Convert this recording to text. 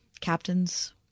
captains